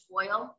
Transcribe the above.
oil